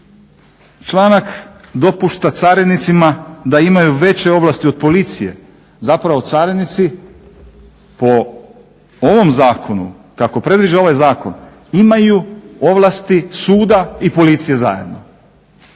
49.članak dopušta carinicima da ima veće ovlasti od policije, zapravo carinici po ovom zakonu kako predviđa ovaj zakon imaju ovlasti suda i policije zajedno.